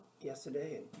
yesterday